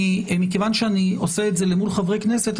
מכיוון שאני עושה את זה אל מול חברי הכנסת,